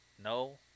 No